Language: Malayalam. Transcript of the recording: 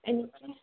എനിക്ക്